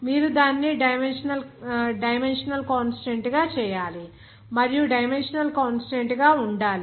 మీరు దానిని dimensional consistent గా చేయాలి మరియు డైమెన్షనల్గా కాన్స్టాంట్ గా ఉండాలి